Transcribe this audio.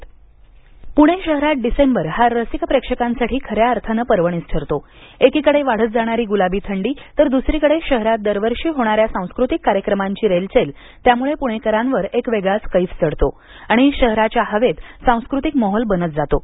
सांस्कृतिक पुणे शहरातला डिसेंबर हा रसिक प्रेक्षकांसाठी खऱ्या अर्थानं पर्वणीच ठरतो एकीकडे वाढत जाणारी गुलाबी थंडी तर दुसरीकडे शहरात दरवर्षी होणाऱ्या सांस्कृतिक कार्यक्रमांची रेलचेल त्यामुळे पुणेकरांवर एक वेगळाच कैफ चढतो आणि शहराच्या हवेत सांस्कृतिक माहोल बनत जातो